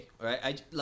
right